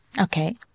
Okay